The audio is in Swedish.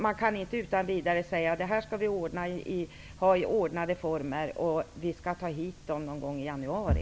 Man kan inte utan vidare säga att detta skall ske i ordnade former och att vi skall ta hit dessa människor någon gång i januari.